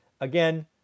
Again